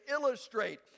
illustrate